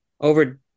over